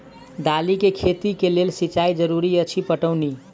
दालि केँ खेती केँ लेल सिंचाई जरूरी अछि पटौनी?